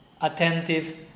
attentive